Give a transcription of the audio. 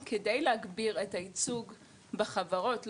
כדי להגביר את הייצוג בחברות,